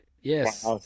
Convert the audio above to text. yes